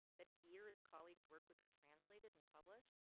that here his colleagues work would be translated and published?